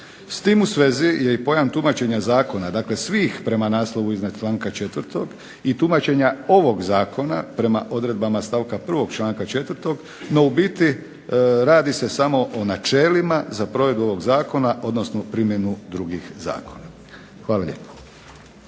S tim u svezi je i pojam tumačenja zakona, dakle svih prema naslovu iznad članka 4. i tumačenja ovog zakona prema odredbama stavka 1. članak 4., no u biti radi se samo o načelima za provedbu ovog zakona, odnosno primjenu drugih zakona. Hvala lijepo.